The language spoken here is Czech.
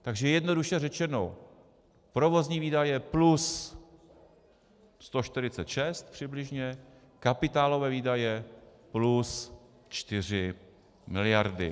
Takže jednoduše řečeno, provozní výdaje plus 146 přibližně, kapitálové výdaje plus 4 miliardy.